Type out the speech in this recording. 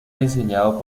diseñado